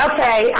Okay